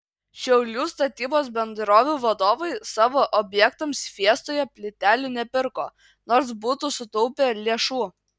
šiaulių statybos bendrovių vadovai savo objektams fiestoje plytelių nepirko nors būtų sutaupę lėšų